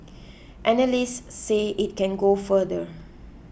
analysts say it can go further